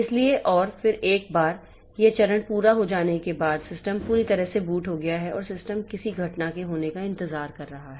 इसलिए और फिर एक बार यह चरण पूरा हो जाने के बाद सिस्टम पूरी तरह से बूट हो गया है और सिस्टम किसी घटना के होने का इंतजार करता है